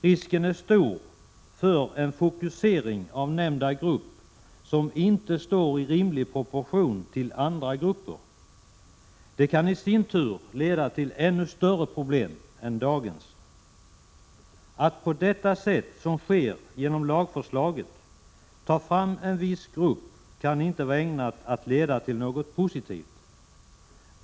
Risken är stor för en fokusering av nämnda grupp som inte står i rimlig proportion till andra grupper. Det kan i sin tur leda till ännu större problem. Att på detta sätt, som sker genom lagförslaget, ta fram en viss grupp kan inte vara ägnat att leda till något positivt.